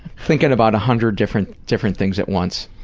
thinking about a hundred different different things at once.